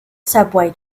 subway